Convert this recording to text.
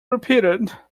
repeated